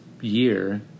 year